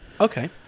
Okay